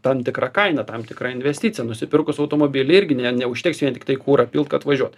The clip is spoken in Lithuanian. tam tikra kaina tam tikra investicija nusipirkus automobilį irgi ne neužteks vien tiktai kurą pilt kad važiuot